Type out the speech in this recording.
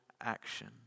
action